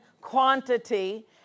quantity